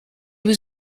was